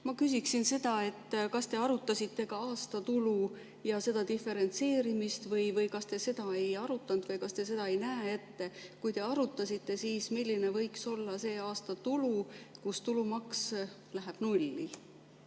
Ma küsiksin seda, kas te arutasite ka aastatulu ja seda diferentseerimist või kas te seda ei arutanud või kas te seda ei näe ette. Kui te arutasite, siis milline võiks olla see aastatulu, kus tulumaks läheb nulli?